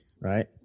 right